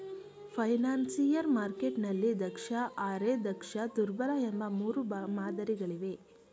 financial ಮಾರ್ಕೆಟ್ನಲ್ಲಿ ದಕ್ಷ, ಅರೆ ದಕ್ಷ, ದುರ್ಬಲ ಎಂಬ ಮೂರು ಮಾದರಿ ಗಳಿವೆ